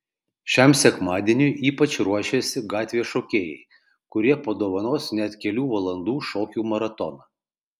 šiam sekmadieniui ypač ruošiasi gatvės šokėjai kurie padovanos net kelių valandų šokių maratoną